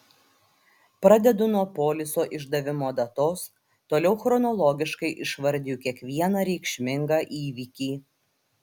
pradedu nuo poliso išdavimo datos toliau chronologiškai išvardiju kiekvieną reikšmingą įvykį